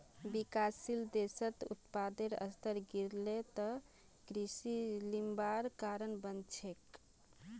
विकासशील देशत उत्पादेर स्तर गिरले त ऋण लिबार कारण बन छेक